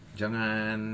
jangan